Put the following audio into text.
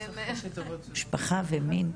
משפחה ומין?